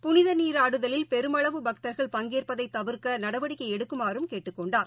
புளிதநீராடுதலில் பெருமளவு பக்தர்கள் பங்கேற்பதைதவிர்க்கநடவடிக்கைஎடுக்குமாறும் கேட்டுக் கொண்டார்